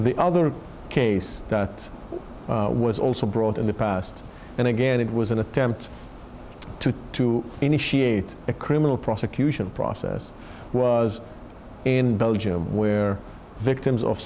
the other case that was also brought in the past and again it was an attempt to initiate a criminal prosecution of process was in belgium where victims of